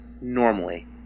normally